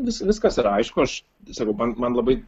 vis viskas yra aišku aš sakau man man labai